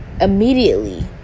immediately